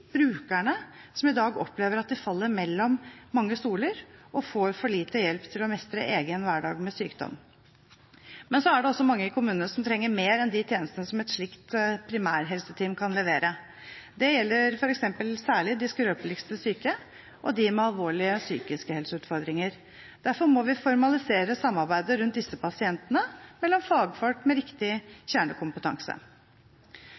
brukerne som i dag opplever at de faller mellom mange stoler og får for lite hjelp til å mestre egen hverdag med sykdom. Men det er også mange i kommunene som trenger mer enn de tjenestene som et slikt primærhelseteam kan levere. Det gjelder f.eks. særlig de skrøpeligste syke og de med alvorlige psykiske helseutfordringer. Derfor må vi formalisere samarbeidet rundt disse pasientene med fagfolk med riktig kjernekompetanse.